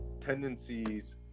tendencies